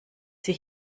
sie